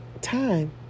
time